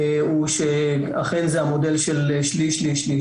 הוא אכן זה המודל של שליש/שליש/שליש,